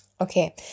Okay